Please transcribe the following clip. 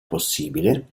possibile